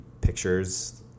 pictures